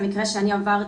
המקרה שאני עברתי,